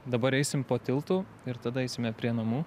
dabar eisim po tiltu ir tada eisime prie namų